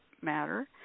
matter